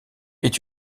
est